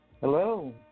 Hello